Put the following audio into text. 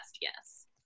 Yes